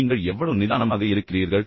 நீங்கள் எவ்வளவு நிதானமாக இருக்கிறீர்கள்